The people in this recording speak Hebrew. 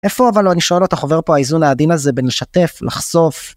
איפה אבל, אני שואל אותך עובר פה איזון העדין הזה בין לשתף, לחשוף...